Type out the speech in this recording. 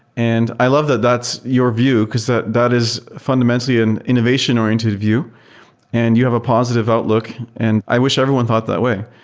and i love that that's your view, because that that is fundamentally an innovation oriented view and you have a positive outlook, and i wish everyone thought that way.